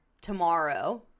tomorrow